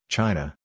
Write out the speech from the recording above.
China